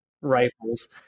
rifles